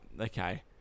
okay